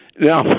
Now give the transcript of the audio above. Now